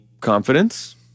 confidence